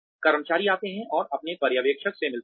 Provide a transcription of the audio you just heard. कर्मचारी आते हैं और अपने पर्यवेक्षकों से मिलते हैं